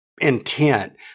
intent